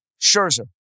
Scherzer